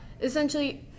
essentially